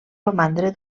romandre